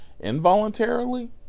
involuntarily